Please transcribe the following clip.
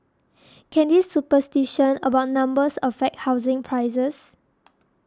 can this superstition about numbers affect housing prices